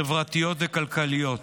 חברתיות וכלכליות.